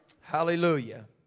Hallelujah